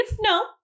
No